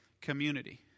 community